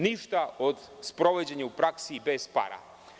Ništa od sprovođenja u praksi bez para.